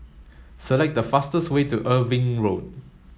select the fastest way to Irving Road